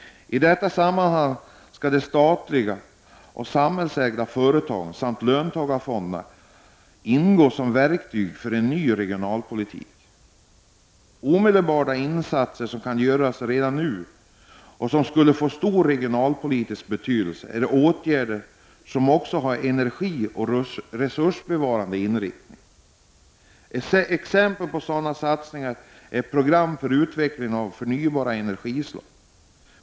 I detta sammanhang skall de statliga och samhällsägda företagen samt löntagarfonderna ingå som verktyg för en ny regionalpolitik. Omedelbara insatser som kan göras redan nu — och som skulle få stor regionalpolitisk betydelse — är åtgärder som också har en energioch resursbevarande inriktning. Exempel på sådana satsningar är program för utveckling av förnybara energislag.